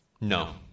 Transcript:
No